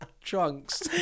trunks